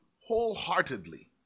wholeheartedly